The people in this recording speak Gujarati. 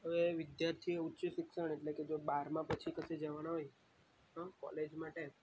હવે વિદ્યાર્થીએ ઉચ્ચ શિક્ષણ એટલે કે જો બારમાં પછી કશે જવાના હોય તો કોલેજ માટે